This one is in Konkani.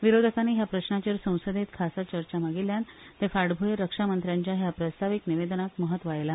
विरोधकांनी ह्या प्रस्नाचेर संसदेत खासा चर्चा मागिल्ल्यान ते फाटभूंयेर रक्षामंत्र्याच्या ह्या प्रस्तावित निवेदनाक महत्व आयला